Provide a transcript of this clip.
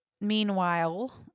meanwhile